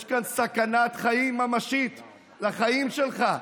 יש כאן סכנת חיים ממשית לחיים שלך.